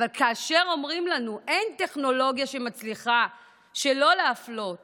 אבל אומרים לנו שאין טכנולוגיה שמצליחה שלא להפלות